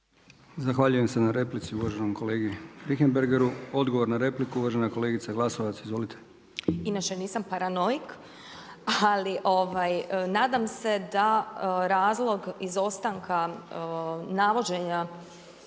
Zahvaljujem se na replici uvaženom kolegi Richemberghu. Odgovor na repliku uvažena kolegica Glasovac. Izvolite. **Glasovac, Sabina (SDP)** Inače nisam paranoik, ali nadam se da razlog izostanka navođenja